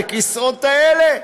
לכיסאות האלה.